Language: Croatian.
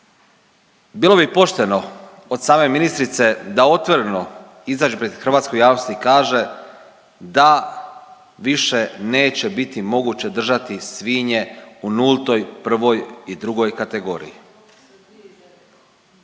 Bilo bi pošteno od same ministrice da otvoreno izađe pred hrvatsku javnost i kaže da više neće biti moguće držati svinje u nultoj, prvoj i drugoj kategoriji.